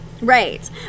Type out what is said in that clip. Right